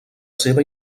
seva